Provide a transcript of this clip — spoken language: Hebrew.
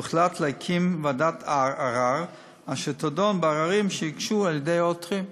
הוחלט להקים ועדת ערר אשר תדון בעררים שיוגשו על-ידי העותרים.